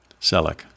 Selleck